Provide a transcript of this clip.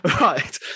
right